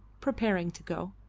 preparing to go.